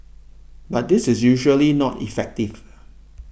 but this is usually not effective